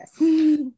yes